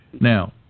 Now